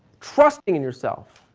trusting yourself.